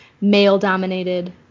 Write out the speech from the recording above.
male-dominated